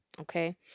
okay